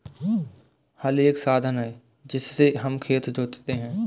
हल एक साधन है जिससे हम खेत जोतते है